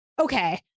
okay